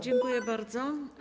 Dziękuję bardzo.